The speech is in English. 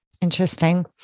Interesting